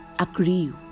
Agree